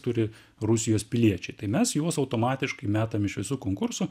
turi rusijos piliečiai tai mes juos automatiškai metam iš visų konkursų